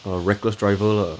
a reckless driver lah